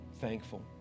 Thankful